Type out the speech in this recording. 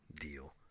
deal